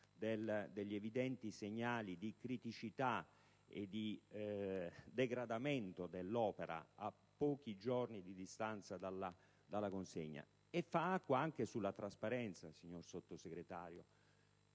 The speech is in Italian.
stati evidenziati segnali di criticità e di degradamento dell'opera, a pochi giorni di distanza dalla consegna. Fa acqua anche sulla trasparenza, signor Sottosegretario.